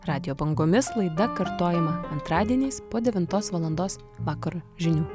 radijo bangomis laida kartojama antradieniais po devintos valandos vakaro žinių